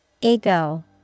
Ego